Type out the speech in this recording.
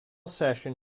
session